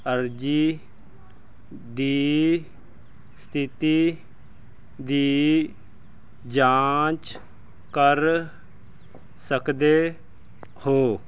ਅਰਜ਼ੀ ਦੀ ਸਥਿਤੀ ਦੀ ਜਾਂਚ ਕਰ ਸਕਦੇ ਹੋ